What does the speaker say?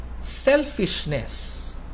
selfishness